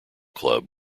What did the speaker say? club